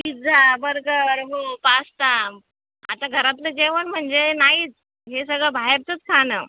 pizza burger हो pasta आता घरातलं जेवण म्हणजे नाहीच हे सगळं बाहेरचंच खाणं